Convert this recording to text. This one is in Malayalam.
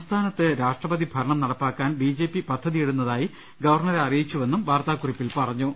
സംസ്ഥാനത്ത് രാഷ്ട്രപതി ഭരണം നടപ്പിലാക്കാൻ ബി ജെ പി പദ്ധതിയിടുന്നതായി ഗവർണറെ അറിയിച്ചുവെന്നും വാർത്താകുറിപ്പിൽ പറഞ്ഞു